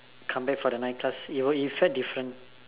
come back for the night class it felt different